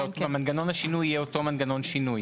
ומנגנון השינוי יהיה אותו מנגנון שינוי.